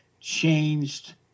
changed